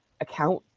account